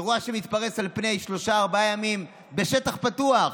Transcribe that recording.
אירוע שמתפרס על פני שלושה-ארבעה ימים בשטח פתוח.